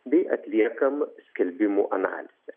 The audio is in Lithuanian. bei atliekam skelbimų analizę